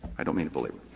i don't mean to belabor.